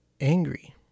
angry